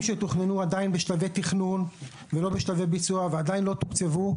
שתוכננו עדין בשלבי תכנון ולא בשלבי ביצוע ועדיין לא תוקצבו.